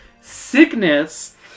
sickness